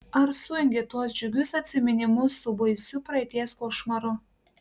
ar sujungė tuos džiugius atsiminimus su baisiu praeities košmaru